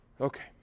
Okay